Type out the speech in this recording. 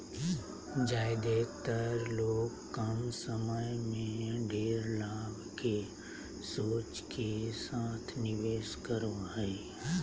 ज्यादेतर लोग कम समय में ढेर लाभ के सोच के साथ निवेश करो हइ